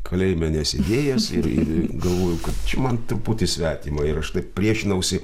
kalėjime nesėdėjęs ir ir galvoju kad čia man truputį svetima ir aš taip priešinausi